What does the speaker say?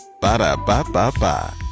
Ba-da-ba-ba-ba